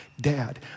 dad